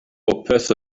popeth